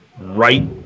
right